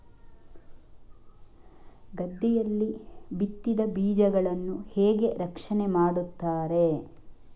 ಗದ್ದೆಯಲ್ಲಿ ಬಿತ್ತಿದ ಬೀಜಗಳನ್ನು ಹೇಗೆ ರಕ್ಷಣೆ ಮಾಡುತ್ತಾರೆ?